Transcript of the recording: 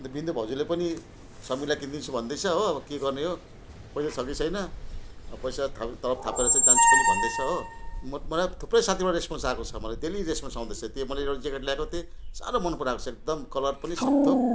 अन्त बिन्दु भाउजूले पनि समीरलाई किनिदिन्छु भन्दैछ हो अब के गर्ने हो पैसा छ कि छैन अब पैसा त तलब थापेर चाहिँ जान्छु भन्दै छ हो म मलाई थुप्रै साथीबाट रेस्पोन्स आएको छ मलाई डेली रेस्पोन्स आउँदैछ त्यो एउटा मैले ज्याकेट ल्याएको थिएँ साह्रो मन पराएको छ एकदम कलर पनि सबथोक